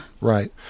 Right